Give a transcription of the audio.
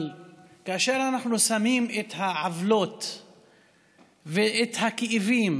אבל כאשר אנחנו שמים את העוולות ואת הכאבים